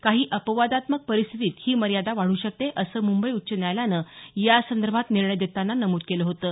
काही अपवादात्मक परिस्थितीत ही मर्यादा वाढू शकते असं मुंबई उच्च न्यायालयानं यासंदर्भात निर्णय देताना नमूद केलं होतं